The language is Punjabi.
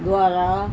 ਦੁਆਰਾ